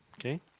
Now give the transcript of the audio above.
okay